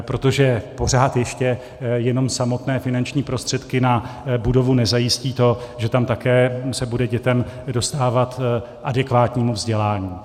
Protože pořád ještě jenom samotné finanční prostředky na budovu nezajistí to, že tam také se bude dětem dostávat adekvátního vzdělání.